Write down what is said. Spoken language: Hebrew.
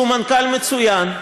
שהוא מנכ"ל מצוין,